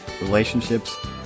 relationships